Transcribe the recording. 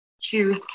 choose